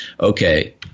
okay